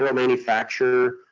yeah manufacturer.